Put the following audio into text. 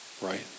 Right